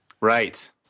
Right